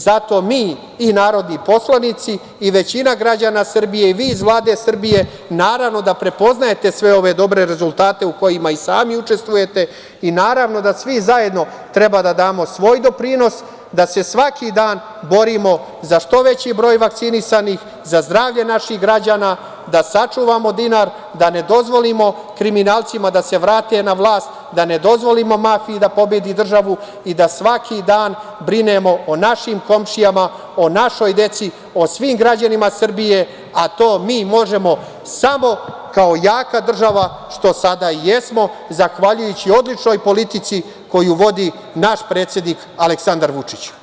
Zato mi i narodni poslanici i većina građana Srbije i vi iz Vlade Srbije naravno da prepoznajete sve ove dobre rezultate u kojima i sami učestvujete i naravno da svi zajedno treba da damo svoj doprinos da se svaki dan borimo za što veći broj vakcinisanih, za zdravlje naših građana, da sačuvamo dinar, da ne dozvolimo kriminalcima da se vrate na vlast, da ne dozvolimo mafiji da pobedi državu i da svaki dan brinemo o našim komšijama, o našoj deci, o svim građanima Srbije, a to mi možemo samo kao jaka država, što sada i jesmo zahvaljujući odličnoj politici koju vodi naš predsednik Aleksandar Vučić.